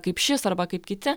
kaip šis arba kaip kiti